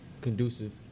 conducive